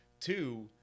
two